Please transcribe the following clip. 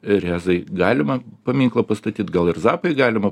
rėzai galima paminklą pastatyt gal ir zapai galima